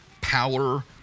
power